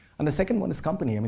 and the second one is company. i mean